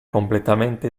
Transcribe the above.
completamente